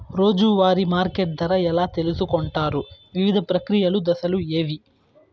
రోజూ వారి మార్కెట్ ధర ఎలా తెలుసుకొంటారు వివిధ ప్రక్రియలు దశలు ఏవి?